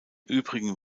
übrigen